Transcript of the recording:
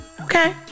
okay